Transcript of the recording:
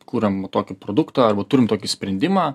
kuriam va tokį produktą arba turim tokį sprendimą